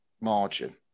margin